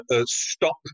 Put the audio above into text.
stop